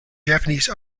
japanese